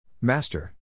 Master